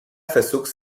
versucht